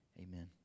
Amen